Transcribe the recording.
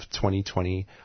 2020